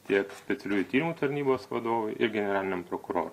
tiek specialiųjų tyrimų tarnybos vadovui ir generaliniam prokurorui